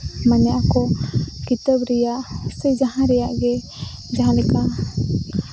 ᱱᱚᱣᱟ ᱠᱚ ᱠᱤᱛᱟᱹᱵᱽ ᱨᱮᱭᱟᱜ ᱥᱮ ᱡᱟᱦᱟᱸ ᱨᱮᱭᱟᱜ ᱜᱮ ᱡᱟᱦᱟᱸᱞᱮᱠᱟ